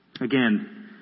Again